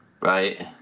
right